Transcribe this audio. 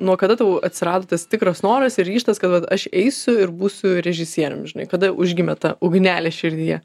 nuo kada tau atsirado tas tikras noras ir ryžtas kad vat aš eisiu ir būsiu režisierium žinai kada užgimė tą ugnelė širdyje